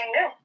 new